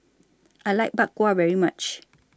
I like Bak Kwa very much